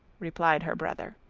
replied her brother,